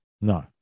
no